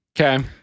Okay